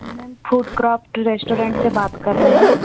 ma'am फूडक्रॉपट restaurant से बात कर रहे हैं